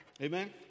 Amen